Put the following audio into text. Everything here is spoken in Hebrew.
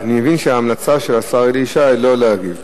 אני מבין שההמלצה של השר אלי ישי היא לא להגיב.